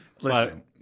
Listen